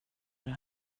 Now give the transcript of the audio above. det